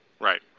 Right